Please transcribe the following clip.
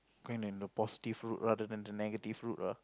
going in a positive route rather than the negative route lah